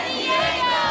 Diego